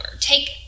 Take